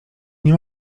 nie